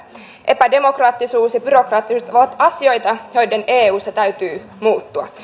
epädemokraattisuus ja byrokraattisuus ovat asioita joiden eussa täytyy muuttua